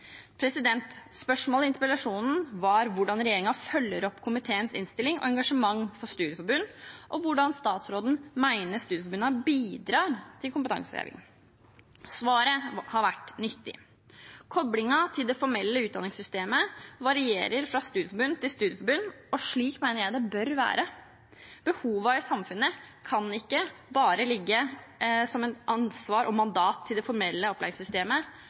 Spørsmålet i interpellasjonen var hvordan regjeringen følger opp komiteens innstilling og engasjement for studieforbund, og hvordan statsråden mener studieforbundene bidrar til kompetanseheving. Svaret har vært nyttig. Koblingen til det formelle utdanningssystemet varierer fra studieforbund til studieforbund, og slik mener jeg det bør være. Behovene i samfunnet kan ikke bare ligge som et ansvar og mandat til det formelle opplæringssystemet,